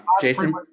Jason